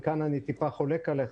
וכאן אני חולק עליך,